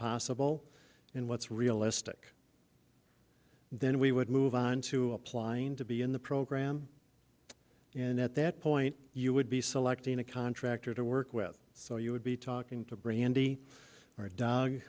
possible and what's realistic then we would move on to applying to be in the program and at that point you would be selecting a contractor to work with so you would be talking to brandi or dog